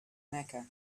mecca